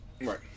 Right